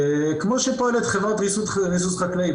וכמו שפועלת חברת ריסוס חקלאית,